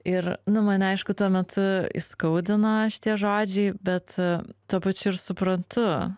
ir nu mane aišku tuo metu įskaudino šitie žodžiai bet tuo pačiu ir suprantu